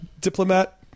diplomat